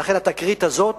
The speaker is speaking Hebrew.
ולכן התקרית הזאת